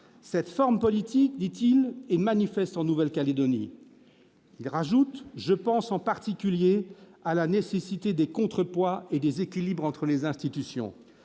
Cette forme politique, dit-il, est « manifeste en Nouvelle-Calédonie ». Il ajoute :« Je pense en particulier à la nécessité des contrepoids et des équilibres entre les institutions